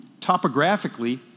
Topographically